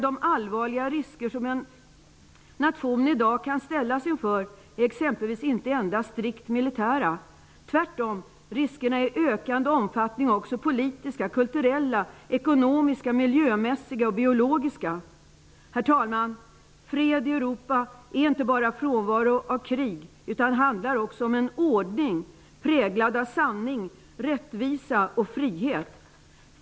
De allvarliga risker som en nation i dag kan ställas inför är exempelvis inte endast strikt militära. Tvärtom. Riskerna är i ökande omfattning också politiska, kulturella, ekonomiska, miljömässiga och biologiska. Herr talman! Fred i Europa är inte bara en frånvaro av krig, utan handlar också om en ordning präglad av sanning, rättvisa och frihet.